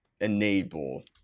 enable